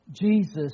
Jesus